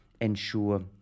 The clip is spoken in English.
ensure